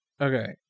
Okay